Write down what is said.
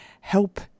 help